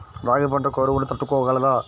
రాగి పంట కరువును తట్టుకోగలదా?